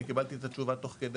אני קיבלתי את התשובה תוך כדי.